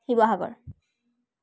Sivasagar